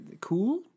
Cool